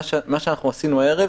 מה שעשינו הערב